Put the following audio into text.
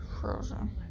Frozen